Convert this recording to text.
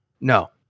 No